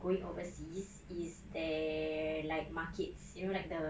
going overseas is that like markets you know like the